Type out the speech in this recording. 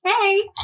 hey